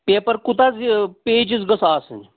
paper کوٗتاہ حَظ یہِ پیجِس گٔژھ آسٕنۍ